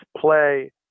play